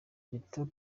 gito